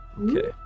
Okay